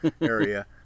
area